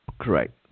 Correct